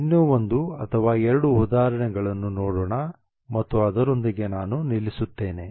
ಇನ್ನೂ ಒಂದು ಅಥವಾ ಎರಡು ಉದಾಹರಣೆಗಳನ್ನು ನೋಡೋಣ ಮತ್ತು ಅದರೊಂದಿಗೆ ನಾನು ನಿಲ್ಲಿಸುತ್ತೇನೆ